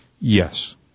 Yes